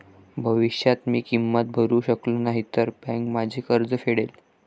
भविष्यात मी किंमत भरू शकलो नाही तर बँक माझे कर्ज फेडेल